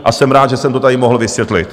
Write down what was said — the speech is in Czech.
A jsem rád, že jsem to tady mohl vysvětlit.